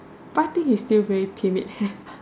part thing is still very timid